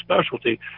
specialty